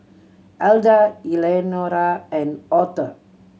Elda Eleanora and Auther